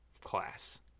class